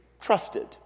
trusted